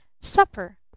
supper